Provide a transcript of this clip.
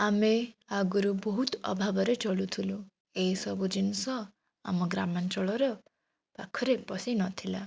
ଆମେ ଆଗରୁ ବହୁତ ଅଭାବରେ ଚଳୁଥିଲୁ ଏହିସବୁ ଜିନିଷ ଆମ ଗ୍ରାମାଞ୍ଚଳର ପାଖରେ ପଶିନଥିଲା